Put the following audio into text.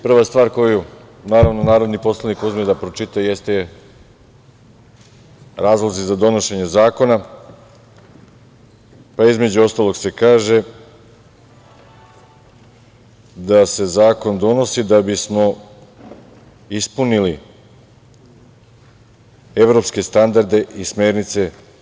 Prva stvar koju narodni poslanik uzme da pročita jeste razlozi za donošenje zakona, pa između ostalog se kaže da se zakon donosi da bismo ispunili evropske standarde i smernice.